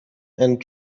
and